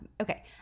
Okay